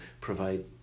provide